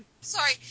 Sorry